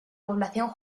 población